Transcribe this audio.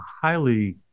highly